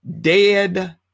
dead